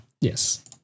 Yes